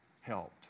helped